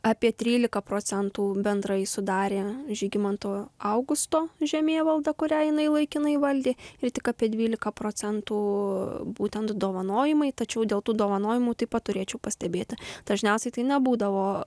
apie trylika procentų bendrąjį sudarė žygimanto augusto žemėvalda kurią jinai laikinai valdė ir tik apie dvylika procentų būtent dovanojimai tačiau dėl tų dovanojimų taip pat turėčiau pastebėti dažniausiai tai nebūdavo